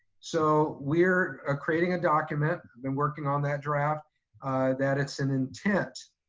so we're ah creating a document. i've been working on that draft that it's an intent,